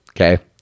Okay